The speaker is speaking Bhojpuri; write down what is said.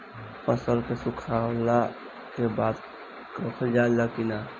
फसल के सुखावला के बाद रखल जाला कि न?